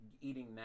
eating